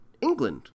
England